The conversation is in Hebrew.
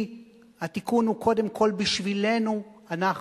התיקון הוא קודם כול בשבילנו אנחנו.